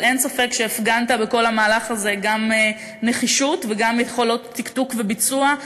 אבל אין ספק שהפגנת בכל המהלך הזה גם נחישות וגם יכולות תקתוק וביצוע,